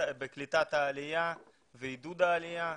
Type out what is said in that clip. בקליטת העלייה ועידוד העלייה.